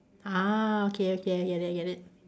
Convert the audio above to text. ah okay okay I get it I get it